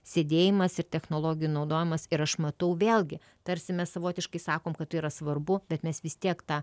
sėdėjimas ir technologijų naudojimas ir aš matau vėlgi tarsi mes savotiškai sakom kad tai yra svarbu bet mes vis tiek tą